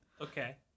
okay